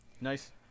Nice